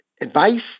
advice